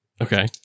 Okay